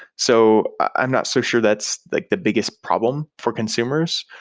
so i'm not so sure that's like the biggest problem for consumers.